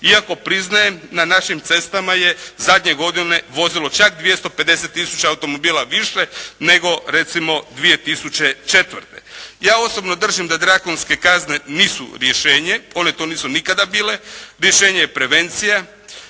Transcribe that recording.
iako priznajem, na našim cestama je zadnje godine vozilo čak 250 tisuća automobila više nego, recimo 2004. Ja osobno držim da drakonske kazne nisu rješenje, one to nisu nikada bile. Rješenje je prevencija.